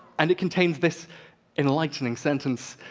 and it contains this enlightening sentence.